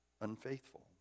unfaithful